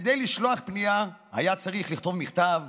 כדי לשלוח פנייה היה צריך לכתוב מכתב,